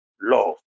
love